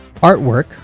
Artwork